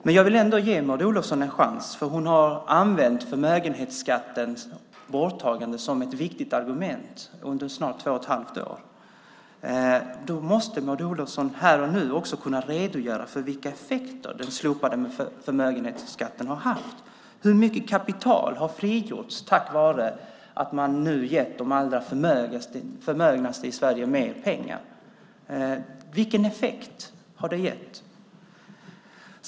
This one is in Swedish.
Men jag vill ändå ge Maud Olofsson en chans. Hon har använt förmögenhetsskattens borttagande som ett viktigt argument under snart två och ett halvt år. Då måste hon också här och nu kunna redogöra för vilka effekter slopandet av den har haft. Hur mycket kapital har frigjorts tack vare att man nu gett de allra förmögnaste i Sverige mer pengar? Vilken effekt har det gett?